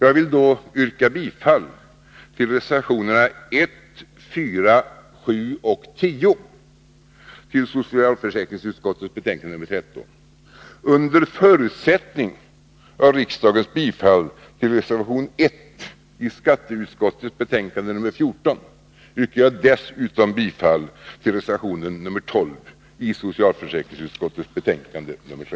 Jag vill yrka bifall till reservationerna 1, 4, 7 och 10 till socialförsäkringsutskottets betänkande nr 13. Under förutsättning av riksdagens bifall till reservation 1 i skatteutskottets betänkande nr 14, yrkar jag dessutom bifall till reservation 12 i socialförsäkringsutskottets betänkande nr